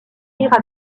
rires